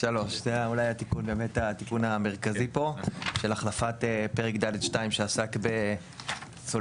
זה אולי התיקון המרכזי פה של החלפת פרק ד' 2 שעסק בסולק,